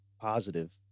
positive